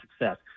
success